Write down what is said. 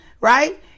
right